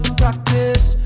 practice